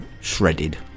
shredded